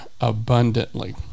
abundantly